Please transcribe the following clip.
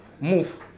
move